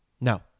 No